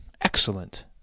Excellent